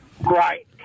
Right